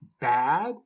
bad